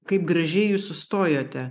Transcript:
kaip gražiai jūs sustojote